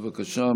בבקשה,